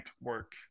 work